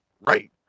right